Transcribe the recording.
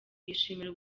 yishimira